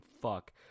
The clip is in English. fuck